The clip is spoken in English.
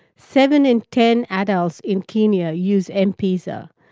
seven in ten adults in kenya use m-pesa,